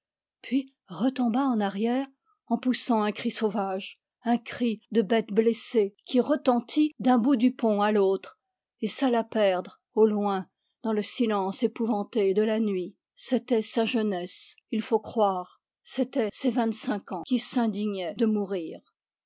puis retomba en arrière en poussant un cri sauvage un cri de bête blessée qui retentit d'un bout du pont à l'autre et s'alla perdre au loin dans le silence épouvanté de la nuit c'était sa jeunesse il faut croire c'étaient ses vingt-cinq ans qui s'indignaient de mourir